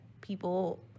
people